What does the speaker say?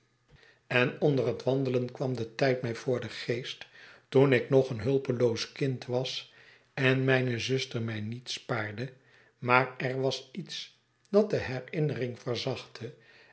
en onder het wandelen kwam de tijd mij voor den geest toen ik nog een hulpeloos kind was en mijne zuster mij niet spaarde maar er was iets dat de herinnering